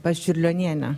pas čiurlionienę